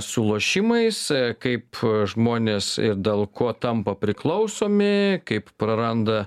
su lošimais kaip žmonės ir dėl ko tampa priklausomi kaip praranda